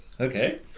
Okay